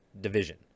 Division